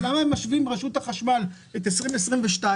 אז למה ברשות החשמל הם משווים את 2022?